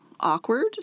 Awkward